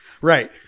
Right